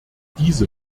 diese